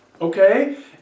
okay